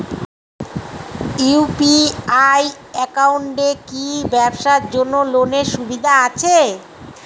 UPI একাউন্টে কি ব্যবসার জন্য লোনের সুবিধা আছে?